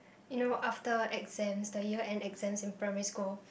you know after exams the year end exams in primary school